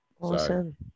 Awesome